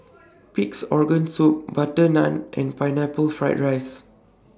Pig'S Organ Soup Butter Naan and Pineapple Fried Rice